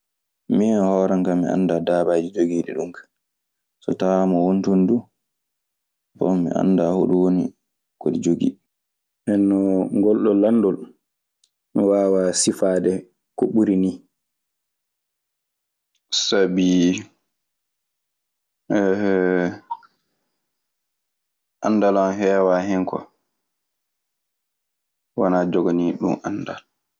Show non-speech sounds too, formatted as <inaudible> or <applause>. Min e hooran kaa min anndaa daabaaji jogiiɗi ɗun kaa. So tawaama won ton du mi annda hoɗun woni ko ɗi jogii. Nden non ngolɗoo landol, mi waawaa sifaade ko ɓuri nii. Sabii <hesitation> anndal an heewaa hen kwa. Mi wanaa joganiiɗo ɗun anndal.